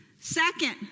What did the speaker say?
Second